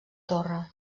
torre